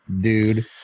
dude